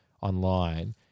online